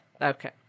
Okay